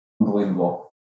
Unbelievable